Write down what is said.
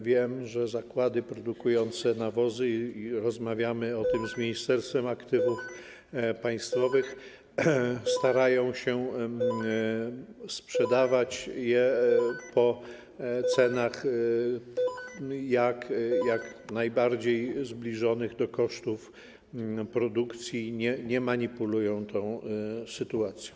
Wiem, że zakłady produkujące nawozy - rozmawiamy o tym z Ministerstwem Aktywów Państwowych - starają się sprzedawać je po cenach jak najbardziej zbliżonych do kosztów produkcji, nie manipulują tą sytuacją.